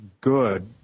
good